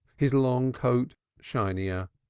his long coat shinier,